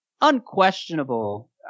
unquestionable